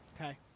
Okay